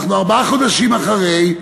אנחנו ארבעה חודשים אחרי,